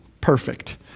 perfect